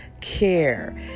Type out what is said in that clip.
care